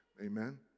Amen